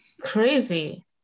Crazy